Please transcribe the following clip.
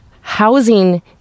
housing